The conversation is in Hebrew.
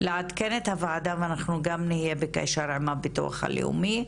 לעדכן את הוועדה ואנחנו גם נהיה בקשר עם הביטוח הלאומי,